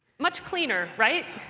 much cleaner, right?